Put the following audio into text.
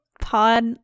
pod